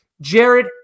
Jared